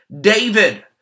David